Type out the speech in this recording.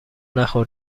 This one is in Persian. نخور